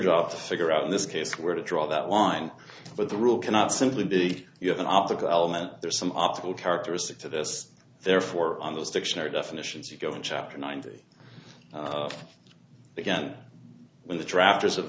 job to figure out in this case where to draw that line for the rule cannot simply be you have an optical element there's some optical characteristic to this therefore on those dictionary definitions you go in chapter ninety again when the drafters of